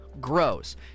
Gross